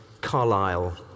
Carlyle